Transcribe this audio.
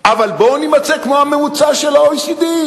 אבל בואו נימצא כמו הממוצע של ה-OECD,